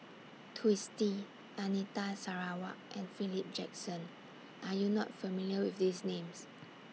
Twisstii Anita Sarawak and Philip Jackson Are YOU not familiar with These Names